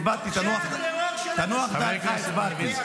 הצבעתי, תנוח דעתך, הצבעתי.